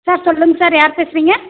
sir சொல்லுங்கள் sir யார் பேசுகிறீங்க